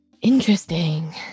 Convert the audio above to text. interesting